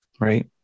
Right